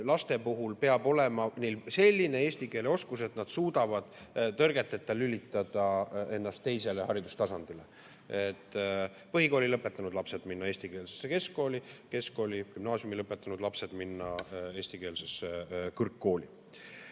lastel olema selline eesti keele oskus, et nad suudavad tõrgeteta lülitada ennast teisele haridustasandile, st põhikooli lõpetanud lapsed saavad eestikeelsesse keskkooli ning keskkooli ja gümnaasiumi lõpetanud lapsed saavad minna eestikeelsesse kõrgkooli.